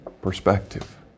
perspective